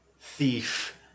thief